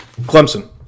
Clemson